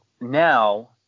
now